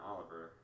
Oliver